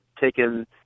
taken –